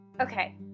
Okay